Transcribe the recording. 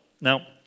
now